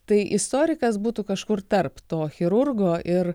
tai istorikas būtų kažkur tarp to chirurgo ir